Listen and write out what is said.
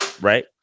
right